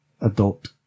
adult